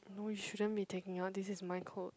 no you shouldn't be taking out this is my coat